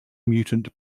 mutant